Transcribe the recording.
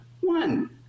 one